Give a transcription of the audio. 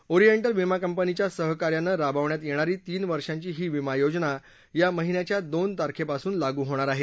oriental विमा कंपनीच्या सहकार्यानं राबवण्यात येणारी तीन वर्षाची ही विमा योजना या महिन्याच्या दोन तारखेपासूनच लागू होणार आहे